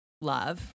love